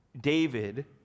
David